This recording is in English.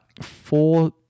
four